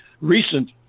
recent